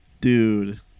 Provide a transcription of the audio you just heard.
Dude